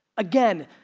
again,